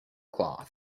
cloth